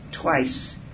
twice